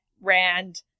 Rand